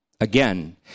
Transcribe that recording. Again